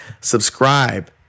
subscribe